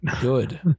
Good